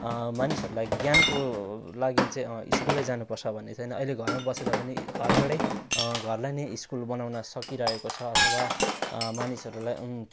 मानिसहरूलाई ज्ञानको लागि चाहिँ स्कुलै जानु पर्छ भन्ने छैन अहिले घरमै बसेर पनि घरबाटै घरलाई नै स्कुल बनाउन सकिरहेको छ अथवा मानिसहरूलाई